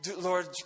Lord